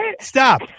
Stop